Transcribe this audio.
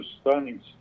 stunning